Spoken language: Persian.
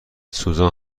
سوزان